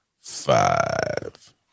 five